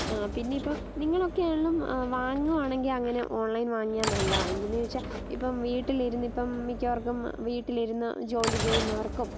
പിന്നെ ഇപ്പം നിങ്ങളൊക്കെ ആണേലും വാങ്ങുവാണെങ്കിൽ അങ്ങനെ ഓൺലൈൻ വാങ്ങിയ നല്ല എന്തെന്ന് ചോദിച്ചാൽ ഇപ്പം വീട്ടിലിരുന്നിപ്പം മിക്കവർക്കും വീട്ടിലിരുന്ന് ജോലി ചെയ്യുന്നവർക്കും